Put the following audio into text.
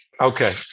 Okay